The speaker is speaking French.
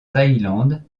thaïlande